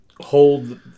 hold